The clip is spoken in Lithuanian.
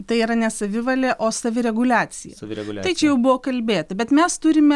tai yra ne savivalė o savireguliacija tai čia jau buvo kalbėta bet mes turime